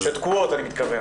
שתקועות, אני מתכוון.